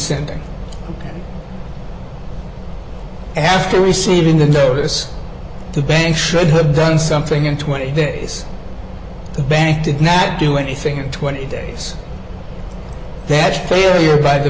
g after receiving the notice the bank should have done something in twenty days the bank did not do anything in twenty days that failure by the